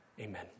amen